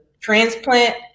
transplant